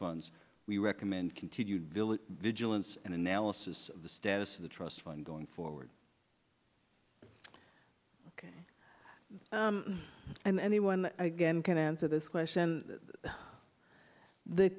funds we recommend continued village vigilance and analysis of the status of the trust fund going forward ok and anyone again can answer this question the